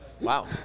Wow